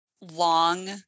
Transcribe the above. long